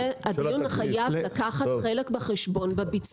הדיון חייב לקחת חלק בחשבון בביצוע.